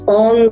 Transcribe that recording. on